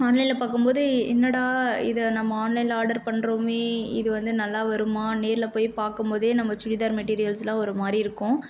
ஆன்லைனில் பார்க்கும்போது என்னடா இது நம்ம ஆன்லைனில் ஆர்டர் பண்ணுறோமே இது வந்து நல்லா வருமா நேரில் போய் பார்க்கும்போதே நம்ம சுடிதார் மெட்டீரியல்ஸ்லாம் ஒரு மாதிரி இருக்கும்